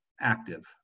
active